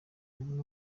bamwe